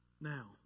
Now